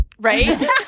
Right